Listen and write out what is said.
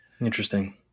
Interesting